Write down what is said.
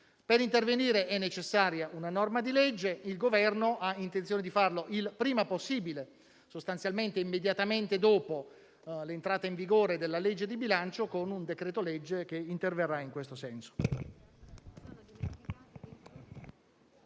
Per intervenire è necessaria una norma di legge e il Governo ha intenzione di farlo il prima possibile, sostanzialmente immediatamente dopo l'entrata in vigore della legge di bilancio, con un decreto-legge che interverrà in questo senso.